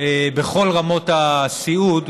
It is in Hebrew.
בכל רמות הסיעוד,